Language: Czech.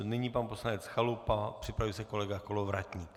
Nyní pan poslanec Chalupa, připraví se kolega Kolovratník.